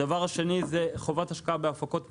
הדבר השני הוא חובת השקעה בהפקות מקומיות,